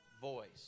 voice